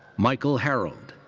michael harold.